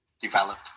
Develop